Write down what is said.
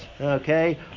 okay